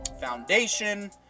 Foundation